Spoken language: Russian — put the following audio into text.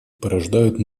порождают